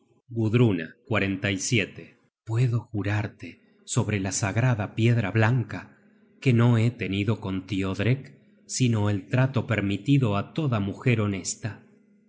sobre vosotros dos gudruna puedo jurarte sobre la sagrada piedra blanca que no he tenido con tiodreck sino el trato permitido á toda mujer honesta